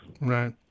Right